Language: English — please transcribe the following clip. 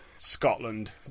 Scotland